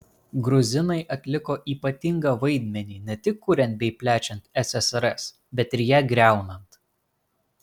gruzinai atliko ypatingą vaidmenį ne tik kuriant bei plečiant ssrs bet ir ją griaunant